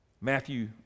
Matthew